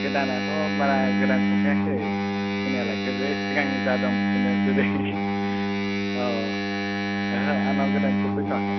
गोदानाथ' बारा गोदान सफैयाखै सफैनायालाय गोदो सिगांनि जा दं बिदिनो औ ओहो आंनाव गोदान सफैथ'वाखै